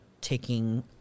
taking